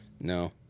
No